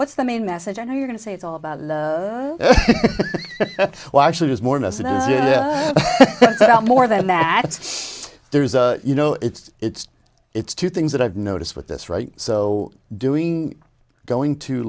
what's the main message i know you're going to say it's all about well actually there's more of us and as you know more than that there's a you know it's it's it's two things that i've noticed with this right so doing going to